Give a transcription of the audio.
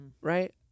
Right